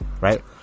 right